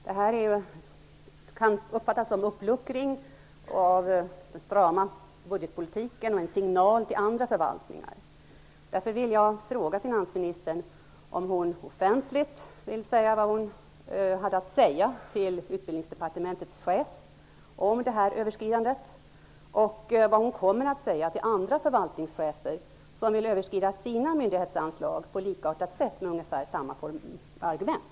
Det här kan uppfattas som en uppluckring av den strama budgetpolitiken och som en signal till andra förvaltningar. Därför vill jag fråga finansministern om hon offentligt vill säga vad hon hade att säga till Utbildningsdepartementets chef om det här överskridandet och vad hon kommer att säga till andra förvaltningschefer som vill överskrida sina myndighetsanslag på likartat sätt med ungefär samma argument.